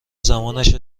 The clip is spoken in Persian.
زمانش